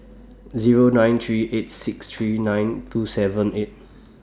Zero nine three eight six three nine two seven eight